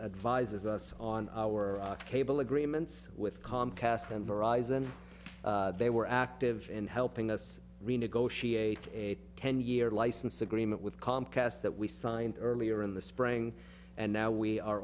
advises us on our cable agreements with comcast and horizon they were active in helping us renegotiate a ten year license agreement with comcast that we signed earlier in the spring and now we are